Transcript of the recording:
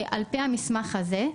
על פי המסמך הזה,